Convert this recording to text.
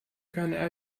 keine